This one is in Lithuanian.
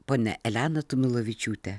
ponia elena tumilevičiūte